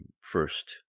first